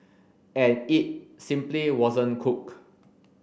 and it simply wasn't cooked